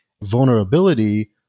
vulnerability